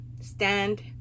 stand